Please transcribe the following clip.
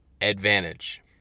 advantage